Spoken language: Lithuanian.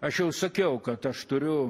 aš jau sakiau kad aš turiu